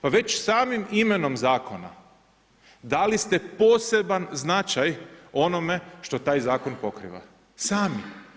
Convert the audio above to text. Pa već samim imenom zakona dali ste poseban značaj onome što taj zakon pokriva, sami.